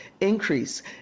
increase